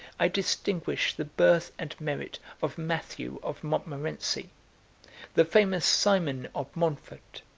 i distinguish the birth and merit of matthew of montmorency the famous simon of montfort,